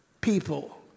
people